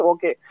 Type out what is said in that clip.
Okay